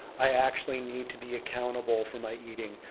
i actually need to be accountable for my eating.